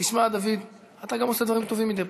תשמע, דוד, אתה גם עושה דברים טובים מדי פעם.